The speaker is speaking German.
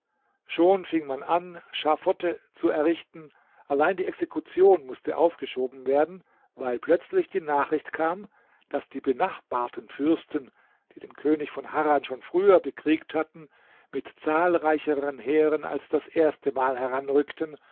schon fing man an schaffotte zu errichten allein die exekution mußte aufgeschoben werden weil plötzlich die nachricht kam daß die benachbarten fürsten die den könig von harran schon früher bekriegt hatten mit zahlreicheren heeren als das erste mal heranrückten